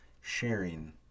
sharing